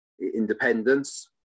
independence